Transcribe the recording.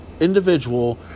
individual